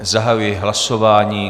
Zahajuji hlasování.